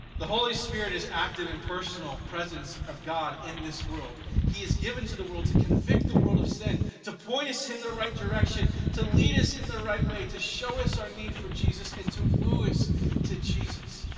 the holy spirit is active and personal presence of god in this world. he is given to the world to convict the world of sin, to point us in the right direction, to lead us in the right way, to show us our need for jesus, and to woo us to jesus.